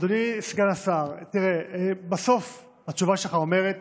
אדוני סגן השר, תראה, בסוף התשובה שלך אמרת